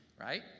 right